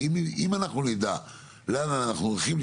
כי אם אנחנו נדע לאן אנחנו הולכים,